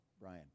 brian